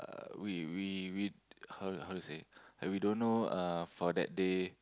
uh we we we how how to say like we don't know uh for that day